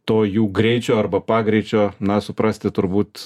to jų greičio arba pagreičio na suprasti turbūt